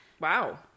Wow